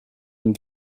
and